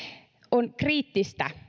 on kriittistä